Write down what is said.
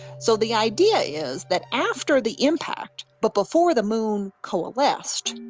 so the idea is that after the impact but before the moon coalesced,